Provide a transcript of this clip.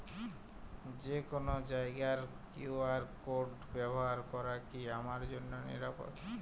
যে কোনো জায়গার কিউ.আর কোড ব্যবহার করা কি আমার জন্য নিরাপদ?